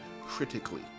critically